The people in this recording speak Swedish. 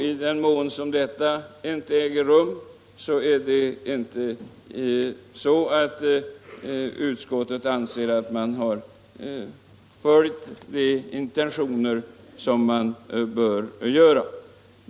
I den mån detta icke äger rum anser inte heller utskottet att intentionerna bakom beslutet har iakttagits.